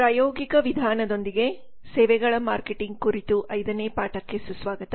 ಪ್ರಾಯೋಗಿಕ ವಿಧಾನದೊಂದಿಗೆ ಸೇವೆಗಳ ಮಾರ್ಕೆಟಿಂಗ್ ಕುರಿತು 5 ನೇ ಪಾಠಕ್ಕೆ ಸುಸ್ವಾಗತ